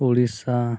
Odisha